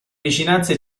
vicinanze